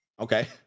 Okay